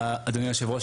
אדוני היושב ראש,